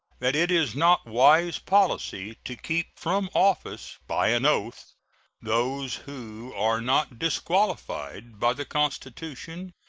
that it is not wise policy to keep from office by an oath those who are not disqualified by the constitution,